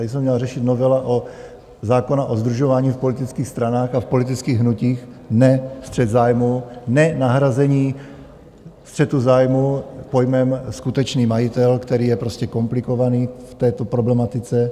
Tady se měla řešit novela zákona o sdružování v politických stranách a v politických hnutích, ne střet zájmů, ne nahrazení střetu zájmů s pojmem skutečný majitel, který je prostě komplikovaný v této problematice.